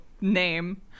name